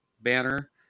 banner